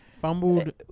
Fumbled